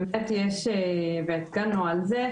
באמת יש ועדכנו על זה,